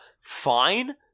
fine